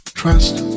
Trust